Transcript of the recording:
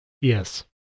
Yes